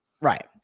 Right